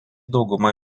dauguma